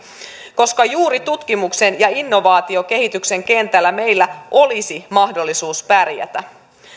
koska juuri tutkimuksen ja innovaatiokehityksen kentällä meillä olisi mahdollisuus pärjätä